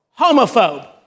homophobe